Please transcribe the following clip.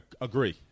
agree